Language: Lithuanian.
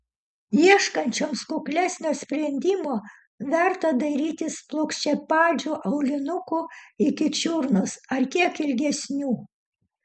ieškančioms kuklesnio sprendimo verta dairytis plokščiapadžių aulinukų iki čiurnos ar kiek ilgesnių